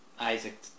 Isaac